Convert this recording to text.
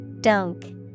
Dunk